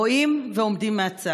רואים ועומדים מהצד.